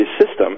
system